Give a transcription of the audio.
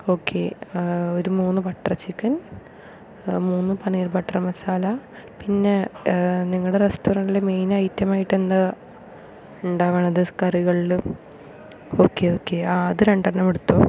okay ഒരു മൂന്ന് butter chicken മൂന്ന് പനീർ ബട്ടർ മസാല പിന്നെ നിങ്ങളുടെ റെസ്റ്റോറൻറ്റിൽ മെയിൻ ഐറ്റമായിട്ടെന്താ ഉണ്ടാകുന്നത് കറികളിൽ ഓക്കെ ഓക്കെ ആ അത് രണ്ടെണ്ണം എടുത്തോള്ളൂ